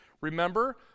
Remember